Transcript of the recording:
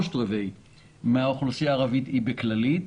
מהאוכלוסייה הערבית היא בכללית,